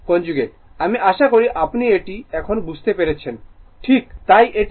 আমি আশা করি আপনি এখন বুঝতে পেরেছেন ঠিক তাই এটি r P jQ